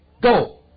go